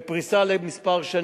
בפריסה לשנים מספר,